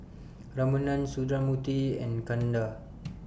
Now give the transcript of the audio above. Ramanand Sundramoorthy and Chanda